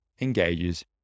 engages